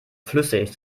flüssig